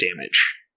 damage